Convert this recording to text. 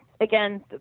Again